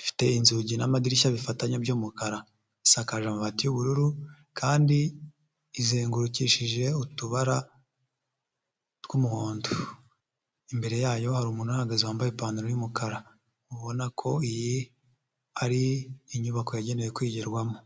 ifite inzugi n'madirishya bifatanya by'umukara. Isakaje amabati y'ubururu kandi izengurukishije utubara tw'umuhondo. Imbere yayo hari umuntu uhahagaze wambaye ipantaro y'umukara. Ubona ko iyi ari inyubako yagenewe kwigirwarwamo.